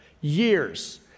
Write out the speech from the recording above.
years